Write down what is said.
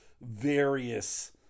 various